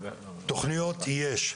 תוכניות יש.